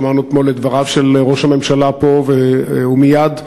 שמענו אתמול את דבריו של ראש הממשלה פה ומייד אויבינו,